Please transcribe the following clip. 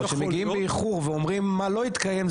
אבל שמגיעים באיחור ואומרים מה לא התקיים,